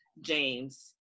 James